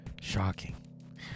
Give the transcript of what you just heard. shocking